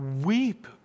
Weep